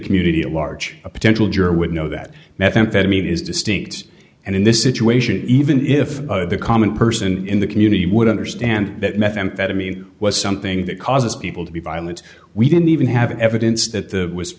community a large a potential juror would know that methamphetamine is distinct and in this situation even if the common person in the community would understand that methamphetamine was something that causes people to be violent we didn't even have evidence that the was